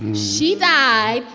she died.